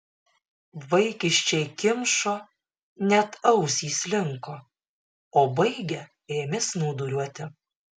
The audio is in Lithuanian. vaikiščiai kimšo net ausys linko o baigę ėmė snūduriuoti